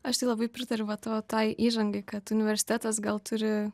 aš tai labai pritariu vat vat tai įžangai kad universitetas gal turi